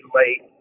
late